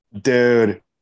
Dude